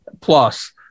plus